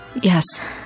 Yes